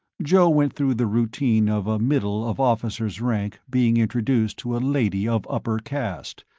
joe went through the routine of a middle of officer's rank being introduced to a lady of upper caste.